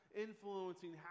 influencing